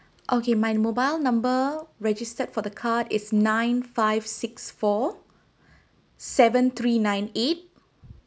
okay my mobile number registered for the card is nine five six four seven three nine eight